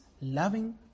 loving